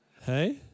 Hey